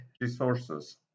resources